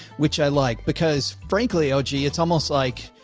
which i like because frankly, oh, gee, it's almost like.